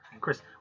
Chris